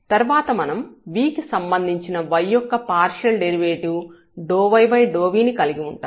తర్వాత మనం v కి సంబంధించిన y యొక్క పార్షియల్ డెరివేటివ్ ∂y∂v ని కలిగి ఉంటాము